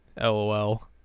lol